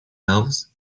elves